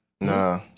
nah